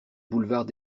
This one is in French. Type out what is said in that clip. boulevard